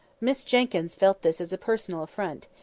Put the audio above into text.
miss jenkyns felt this as a personal affront,